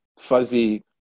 fuzzy